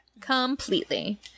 Completely